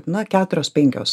na keturios penkios